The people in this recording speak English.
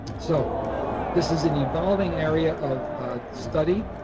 so this is an evolving area of study.